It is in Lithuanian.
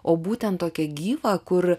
o būtent tokią gyvą kur